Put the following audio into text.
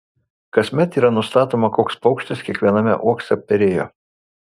kasmet yra nustatoma koks paukštis kiekviename uokse perėjo